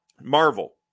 Marvel